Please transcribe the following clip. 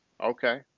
Okay